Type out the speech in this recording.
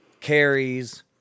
carries